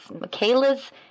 Michaela's